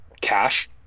cash